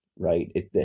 right